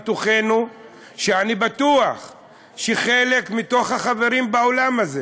ואני בטוח שגם חלק מהחברים באולם הזה